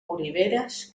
oliveres